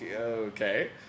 okay